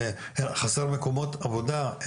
חסר מקומות עבודה.